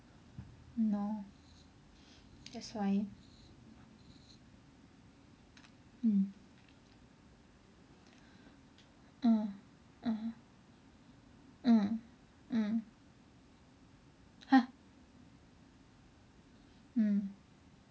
!hannor! that's why mm uh (uh huh) uh mm !huh! mm